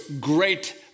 great